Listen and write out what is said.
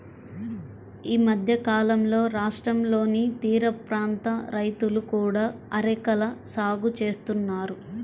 ఈ మధ్యకాలంలో రాష్ట్రంలోని తీరప్రాంత రైతులు కూడా అరెకల సాగు చేస్తున్నారు